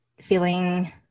feeling